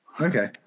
Okay